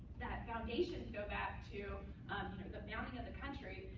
that foundations go back to um kind of the founding of the country.